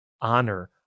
honor